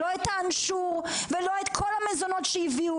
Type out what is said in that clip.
לא את האנשור ולא את כל המזונות שהביאו